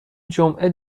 جمعه